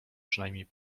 przynajmniej